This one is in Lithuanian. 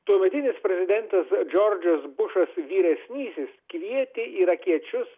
tuometinis prezidentas džordžas bušas vyresnysis kvietė irakiečius